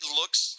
looks